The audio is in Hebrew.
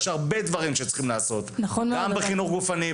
יש הרבה דברים שצריכים לעשות גם בחינוך גופני,